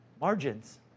margins